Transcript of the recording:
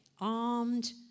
armed